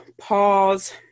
pause